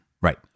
Right